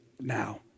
now